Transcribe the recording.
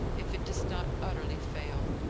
if it does not utterly fail.